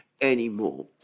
anymore